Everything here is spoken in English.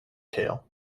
tale